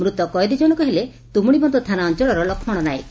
ମୃତ କଏଦୀ ଜଶକ ହେଲେ ତୁମୁଡ଼ିବନ୍ଧ ଥାନା ଅଅଳର ଲକ୍ଷ୍ମଣ ନାୟକ